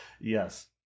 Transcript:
Yes